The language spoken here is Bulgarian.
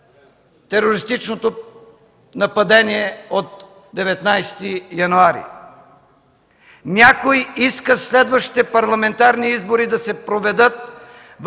терористичното нападение от 19 януари, някой иска следващите парламентарни избори да се проведат в